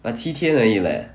but 七天而已 leh